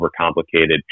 overcomplicated